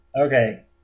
Okay